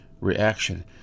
reaction